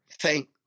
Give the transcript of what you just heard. thank